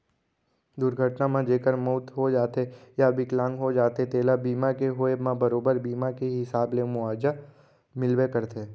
दुरघटना म जेकर मउत हो जाथे या बिकलांग हो जाथें तेला बीमा के होवब म बरोबर बीमा के हिसाब ले मुवाजा मिलबे करथे